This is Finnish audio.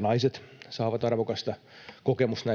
naiset saavat arvokasta kokemusta